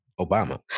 Obama